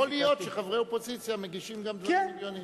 יכול להיות שחברי אופוזיציה מגישים גם דברים הגיוניים.